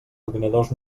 ordinadors